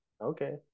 Okay